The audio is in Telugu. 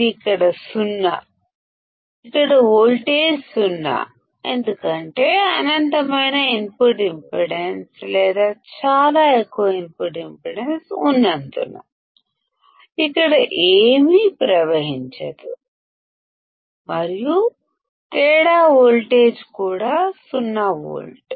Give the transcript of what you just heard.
ఇది ఇక్కడ సున్నా ఇక్కడ వోల్టేజ్ సున్నా ఎందుకంటే అనంతమైన ఇన్పుట్ ఇంపిడెన్స్ లేదా చాలా ఎక్కువ ఇన్పుట్ ఇంపిడెన్స్ ఉన్నందున ఇక్కడ ఏమీ ప్రవహించదు మరియు డిఫరెన్స్ వోల్టేజ్ కూడా సున్నా వోల్ట్